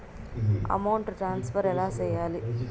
amount transfer ఎలా సేయాలి